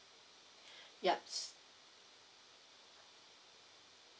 yup s~